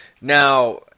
now